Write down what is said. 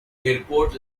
airport